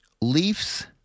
Leafs